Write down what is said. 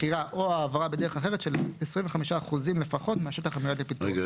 מכירה או העברה בדרך אחרת של 25% לפחות מהשטח המיועד לפיתוח; רגע,